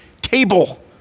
table